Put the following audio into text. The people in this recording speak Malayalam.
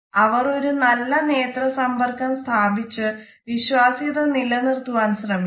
അവർ ഒരു നല്ല നേത്ര സമ്പർക്കം സ്ഥാപിച്ചു വിശ്വാസ്യത നിലനിർത്തുവാൻ ശ്രമിക്കുന്നു